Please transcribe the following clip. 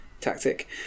tactic